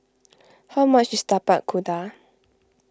how much is Tapak Kuda